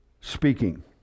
speaking